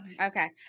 Okay